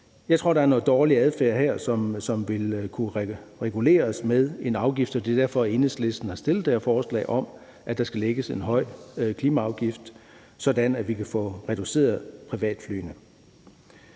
Jeg tror, at der er noget dårlig adfærd her, som ville kunne reguleres med en afgift, og det er derfor, at Enhedslisten har fremsat det her forslag om, at der skal lægges en høj klimaafgift, sådan at vi kan få reduceret antallet